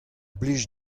blij